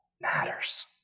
matters